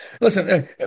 listen